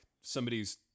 somebody's